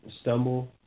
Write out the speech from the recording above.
stumble